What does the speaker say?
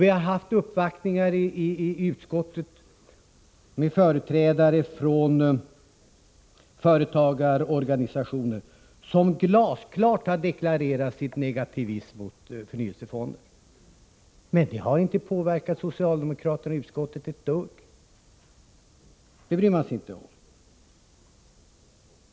Vi har haft uppvaktning i utskottet med företrädare för företagarorganisationer som glasklart har deklarerat sin negativa inställning till förnyelsefonder. Men det har inte påverkat socialdemokraterna i utskottet ett dugg — sådant bryr man sig inte om!